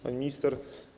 Pani Minister!